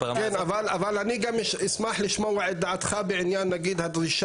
אני גם אשמח לשמוע את דעתך בעניין הבקשה